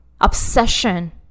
obsession